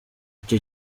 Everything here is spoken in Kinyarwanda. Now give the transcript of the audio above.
icyo